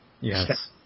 Yes